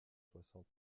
soixante